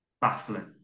Baffling